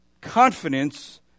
confidence